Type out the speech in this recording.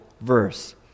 verse